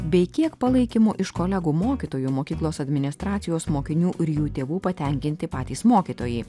bei kiek palaikymo iš kolegų mokytojų mokyklos administracijos mokinių ir jų tėvų patenkinti patys mokytojai